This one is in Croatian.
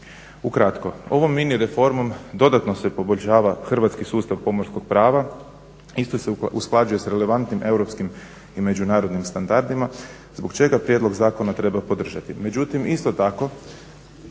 Ukratko, ovom mini reformom dodatno se poboljšava hrvatski sustav pomorskog prava, isto se usklađuje s relevantnim europskim i međunarodnim standardima zbog čega prijedlog zakona treba podržati. Međutim, isto tako